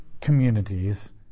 communities